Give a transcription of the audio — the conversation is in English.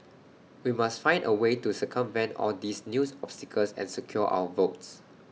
we must find A way to circumvent all these new obstacles and secure our votes